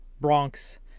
Bronx